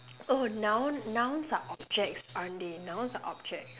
oh noun nouns are objects aren't they nouns are objects